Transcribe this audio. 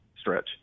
stretch